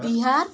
Bihar